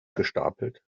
gestapelt